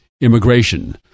immigration